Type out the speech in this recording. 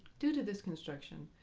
due to this construction,